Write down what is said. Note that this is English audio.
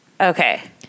Okay